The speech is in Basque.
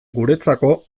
guretzako